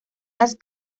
las